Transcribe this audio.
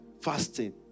fasting